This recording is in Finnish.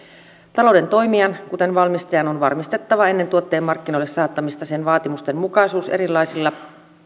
talouden toimijan kuten valmistajan on varmistettava ennen tuotteen markkinoille saattamista sen vaatimustenmukaisuus erilaisilla